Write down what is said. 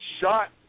shot